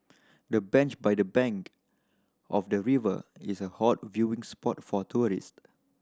the bench by the bank of the river is a hot viewing spot for tourists